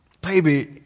Baby